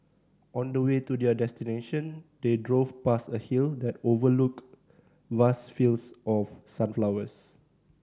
on the way to their destination they drove past a hill that overlooked vast fields of sunflowers